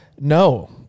No